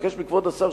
מבקש מכבוד השר,